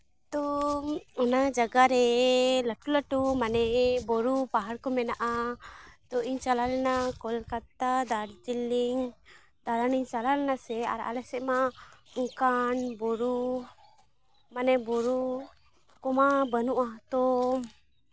ᱛᱚ ᱚᱱᱟ ᱡᱟᱭᱜᱟ ᱨᱮ ᱞᱟᱹᱴᱩ ᱞᱟᱹᱴᱩ ᱢᱟᱱᱮ ᱵᱩᱨᱩ ᱯᱟᱦᱟᱲ ᱠᱚ ᱢᱮᱱᱟᱜᱼᱟ ᱛᱚ ᱤᱧ ᱪᱟᱞᱟᱣ ᱞᱮᱱᱟ ᱠᱳᱞᱠᱟᱛᱟ ᱫᱟᱨᱡᱤᱞᱤᱝ ᱫᱟᱬᱟᱱᱤᱧ ᱪᱟᱞᱟᱣ ᱞᱮᱱᱟ ᱥᱮ ᱟᱨ ᱟᱞᱮ ᱥᱮᱫ ᱢᱟ ᱚᱱᱠᱟᱱ ᱵᱩᱨᱩ ᱢᱟᱱᱮ ᱵᱩᱨᱩ ᱠᱚᱢᱟ ᱵᱟᱹᱱᱩᱜᱼᱟ ᱛᱚ